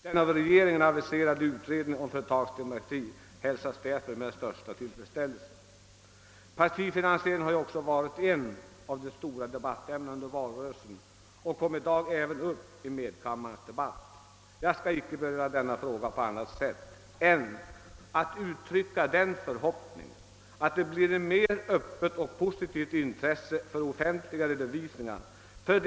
Den av regeringen aviserade utredningen om företagsdemokrati hälsas därför med största tillfredsställelse. Partifinansieringen har också varit ett av de stora debattämnena under valrörelsen och kom i dag även upp i medkammarens debatt. Jag skall icke beröra denna fråga på annat sätt än genom att uttrycka den förhoppningen att det för demokratins egen skull blir ett mer öppet och positivt intresse för offentliga redovisningar.